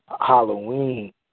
Halloween